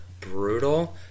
brutal